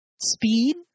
speed